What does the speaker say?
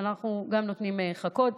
אנחנו גם נותנים חכות,